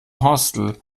hostel